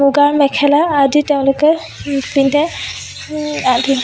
মুগাৰ মেখেলা আদি তেওঁলোকে পিন্ধে আদি